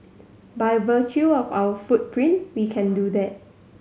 by virtue of our footprint we can do that